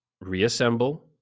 Reassemble